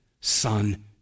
son